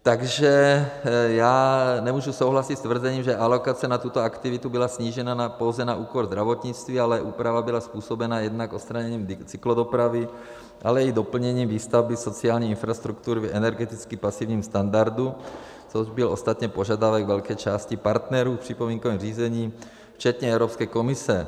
Takže já nemůžu souhlasit s tvrzením, že alokace na tuto aktivitu byla snížena pouze na úkor zdravotnictví, ale úprava byla způsobena jednak odstraněním cyklodopravy, ale i doplněním výstavby sociální infrastruktury v energeticky pasivním standardu, což byl ostatně požadavek velké části partnerů v připomínkovém řízení včetně Evropské komise.